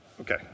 Okay